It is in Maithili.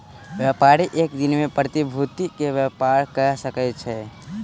व्यापारी एक दिन में प्रतिभूति के व्यापार कय सकै छै